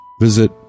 visit